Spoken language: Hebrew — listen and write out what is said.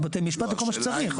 בתי משפט וכל מה שצריך.